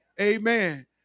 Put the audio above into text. Amen